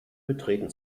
betreten